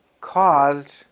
caused